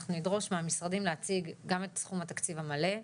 אנחנו נדרוש מהמשרדים להציג גם את סכום התקציב המלא,